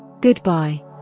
Goodbye